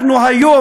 אנחנו היום,